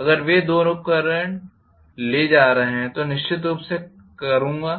अगर वे दोनों करंट ले जा रहे हैं तो निश्चित रूप से करूंगा